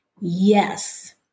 Yes